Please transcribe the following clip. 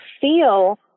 feel